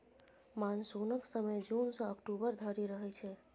मानसुनक समय जुन सँ अक्टूबर धरि रहय छै